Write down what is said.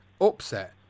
Upset